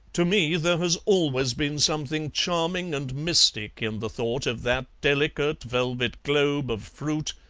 to me there has always been something charming and mystic in the thought of that delicate velvet globe of fruit,